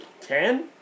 Ten